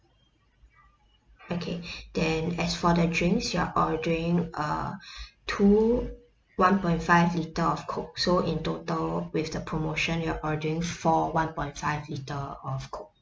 okay then as for the drinks you're ordering uh two one point five litre of coke so in total with the promotion you're ordering four one point five litre of coke